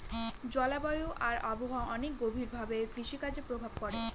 জলবায়ু আর আবহাওয়া অনেক গভীর ভাবে কৃষিকাজে প্রভাব করে